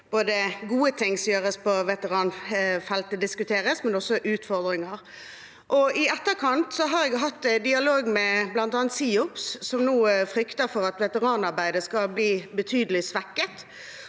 der gode ting som gjøres på veteranfeltet, diskuteres – også utfordringer. I etterkant har jeg hatt dialog med bl.a. SIOPS, som frykter at veteranarbeidet skal bli betydelig svekket